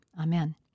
Amen